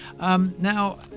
Now